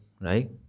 right